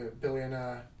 billionaire